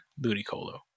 ludicolo